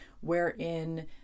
wherein